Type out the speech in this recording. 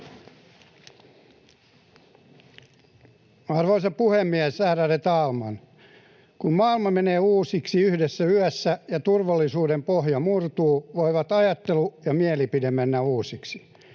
Arvoisa puhemies, ärade talman! Kun maailma menee uusiksi yhdessä yössä ja turvallisuuden pohja murtuu, voivat ajattelu ja mielipide mennä uusiksi.